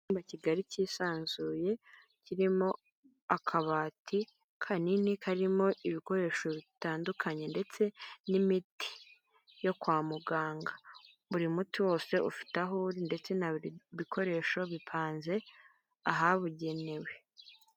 Icyumba kigali cyisanzuye kirimo akabati kanini karimo ibikoresho bitandukanye ndetse n'imiti yo kwa muganga, buri muti wose ufite aho uri ndetse na buri bikoresho bipanze ahabugenewe.